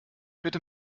bitte